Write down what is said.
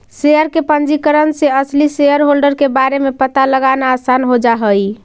share के पंजीकरण से असली शेयरहोल्डर के बारे में पता लगाना आसान हो जा हई